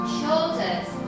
shoulders